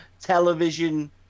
television